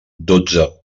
dotze